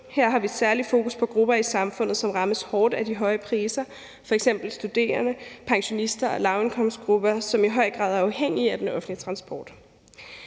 Her har vi særlig fokus på grupper i samfundet, som rammes hårdt af de høje priser, f.eks. studerende, pensionister og lavindkomstgrupper, som i høj grad er afhængige af den offentlige transport.